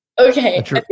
Okay